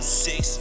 six